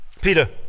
Peter